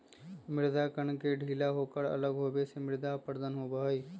मृदा कण के ढीला होकर अलग होवे से मृदा अपरदन होबा हई